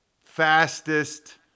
fastest